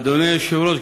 אדוני היושב-ראש,